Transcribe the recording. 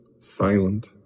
silent